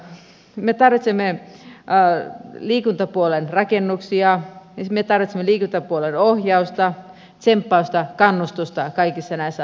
kyllä me tarvitsemme liikuntapuolen rakennuksia ja sitten me tarvitsemme liikuntapuolen oh jausta tsemppausta kannustusta kaikissa näissä asioissa